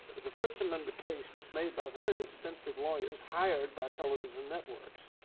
the first amendment case was made by very expensive lawyers hired by television networks.